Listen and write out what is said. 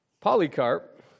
Polycarp